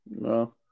No